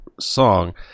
song